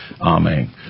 Amen